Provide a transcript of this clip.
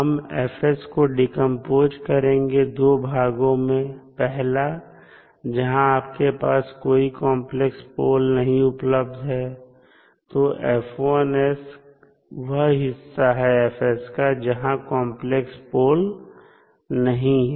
हम को डीकंपोज करेंगे दो भागों में पहला जहां आपके पास कोई कॉम्प्लेक्स पोल नहीं उपलब्ध है तो वह हिस्सा है का जहां कॉम्प्लेक्स पोल नहीं है